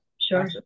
sure